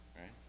right